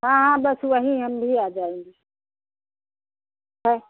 हाँ हाँ बस वहीं हम भी आ जाएंगे